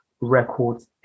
records